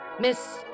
Miss